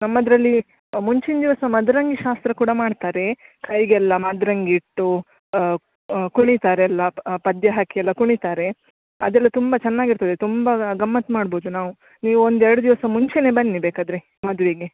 ನಮ್ಮದರಲ್ಲಿ ಮುಂಚಿನ ದಿವಸ ಮದರಂಗಿ ಶಾಸ್ತ್ರ ಕೂಡ ಮಾಡ್ತಾರೆ ಕೈಗೆಲ್ಲಾ ಮದರಂಗಿ ಇಟ್ಟು ಕುಣೀತಾರೆ ಎಲ್ಲಾ ಪದ್ಯ ಹಾಕಿ ಎಲ್ಲಾ ಕುಣೀತಾರೆ ಅದೆಲ್ಲಾ ತುಂಬಾ ಚೆನ್ನಾಗಿರ್ತದೆ ತುಂಬಾ ಗಮ್ಮತ್ತು ಮಾಡ್ಬೋದದು ನಾವು ನೀವು ಒಂದು ಎರಡು ದಿವಸ ಮುಂಚೇನೆ ಬನ್ನಿ ಬೇಕಾದರೆ ಮದುವೆಗೆ